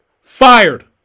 Fired